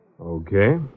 Okay